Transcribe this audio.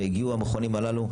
והגיעו המכונים הללו,